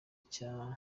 cya